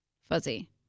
fuzzy